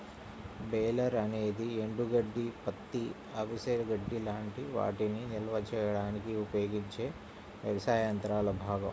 baler అనేది ఎండుగడ్డి, పత్తి, అవిసె గడ్డి లాంటి వాటిని నిల్వ చేయడానికి ఉపయోగించే వ్యవసాయ యంత్రాల భాగం